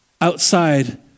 outside